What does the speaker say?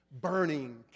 burning